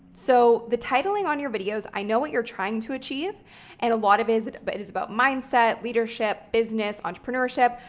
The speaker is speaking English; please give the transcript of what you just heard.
so the titling on your videos, i know what you're trying to achieve and a lot of it but it is about mindset, leadership, business, entrepreneurship,